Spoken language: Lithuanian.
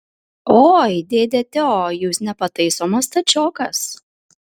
oi dėde teo jūs nepataisomas stačiokas